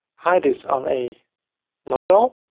hide this on a mobile